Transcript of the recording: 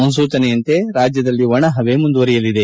ಮುನ್ಸೂಚನೆಯಂತೆ ರಾಜ್ಯದಲ್ಲಿ ಒಣಹವೆ ಮುಂದುವರೆಯಲಿದೆ